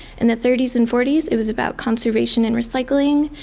and the thirty s and forty s it was about conservation and recycling.